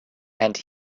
and